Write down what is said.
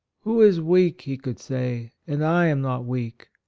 who is weak, he could say, and i am not weak?